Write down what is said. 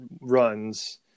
runs